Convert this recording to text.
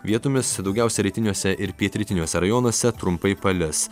vietomis daugiausia rytiniuose ir pietrytiniuose rajonuose trumpai palis